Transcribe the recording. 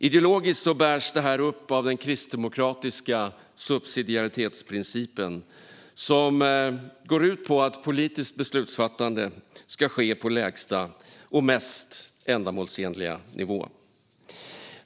Ideologiskt bärs detta upp av den kristdemokratiska subsidiaritetsprincipen, som går ut på att politiskt beslutsfattande ska ske på lägsta och mest ändamålsenliga nivå.